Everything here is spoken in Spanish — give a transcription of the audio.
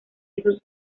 esos